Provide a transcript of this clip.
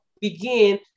begin